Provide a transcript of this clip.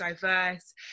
diverse